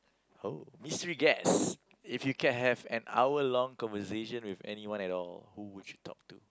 oh mystery guest if you can have an hour long conversation with anyone at all who would you talk to